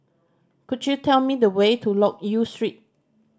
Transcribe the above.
could you tell me the way to Loke Yew Street